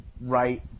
right